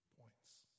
points